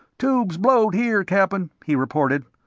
tubes blowed here, cap'n, he reported.